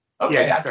Okay